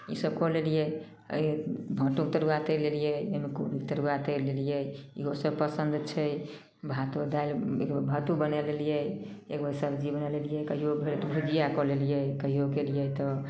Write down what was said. ईसब कऽ लेलिए अइ भाँटो तरुआ तरि लेलिए एहिमे कोबी तरुआ तरि लेलिए ईहो सब पसन्द छै भातो दालि एकबेर भातो बनै लेलिए एकबेर सबजी बनै लेलिए कहिओ भुजिआ कऽ लेलिए कहिओ केलिए तऽ